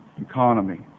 economy